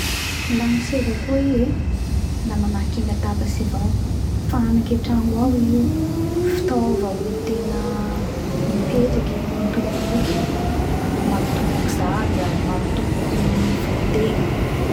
La gny seza koa i e la manahaky ny latabatsy avao fanaky atragno ao i io fitaova oenty tegna mipetraky mitoboky mapitoboky zaza mapitoboky ny voditegna